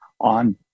on